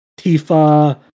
Tifa